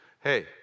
Hey